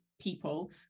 people